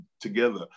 together